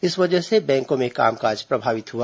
इस वजह से बैंकों में कामकाम प्रभावित हुआ